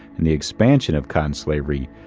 and the expansion of cotton slavery,